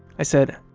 i said,